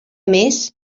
més